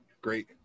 great